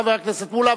חבר הכנסת מולה,